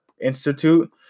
Institute